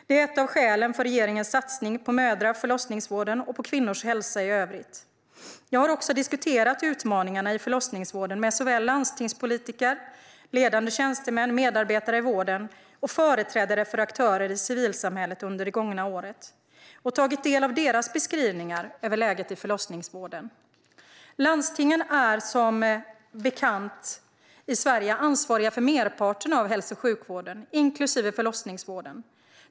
Det är ett av skälen till regeringens satsning på mödra och förlossningsvården och kvinnors hälsa i övrigt. Jag har också diskuterat utmaningarna i förlossningsvården med landstingspolitiker, ledande tjänstemän, medarbetare i vården och företrädare för aktörer i civilsamhället under det gångna året och tagit del av deras beskrivningar av läget i förlossningsvården. Landstingen är, som bekant, i Sverige ansvariga för merparten av hälso och sjukvården, inklusive förlossningsvården.